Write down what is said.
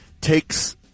takes